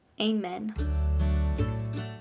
amen